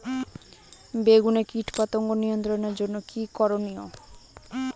বেগুনে কীটপতঙ্গ নিয়ন্ত্রণের জন্য কি কী করনীয়?